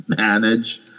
manage